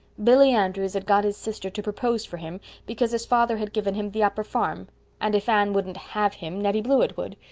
billy andrews had got his sister to propose for him because his father had given him the upper farm and if anne wouldn't have him nettie blewett would.